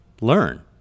learn